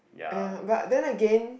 !aiya! but then again